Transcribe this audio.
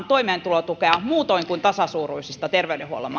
toimeentulotukea muiden kuin tasasuuruisten terveydenhuollon